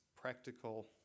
practical